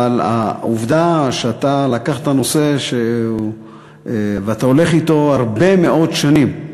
אבל העובדה שלקחת נושא ואתה הולך אתו הרבה מאוד שנים,